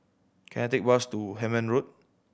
can I take bus to Hemmant Road